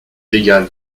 égal